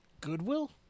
Goodwill